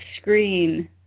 screen